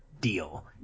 deal